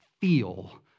feel